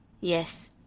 yes